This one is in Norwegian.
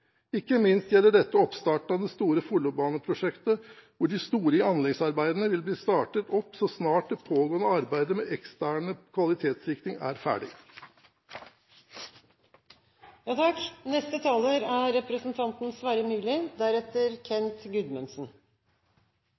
Ikke minst gjelder dette oppstarten av det store Follobane-prosjektet, hvor de store anleggsarbeidene vil bli startet opp så snart det pågående arbeidet med den eksterne kvalitetssikringen er